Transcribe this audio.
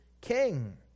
King